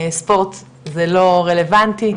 ספורט זה לא רלבנטי,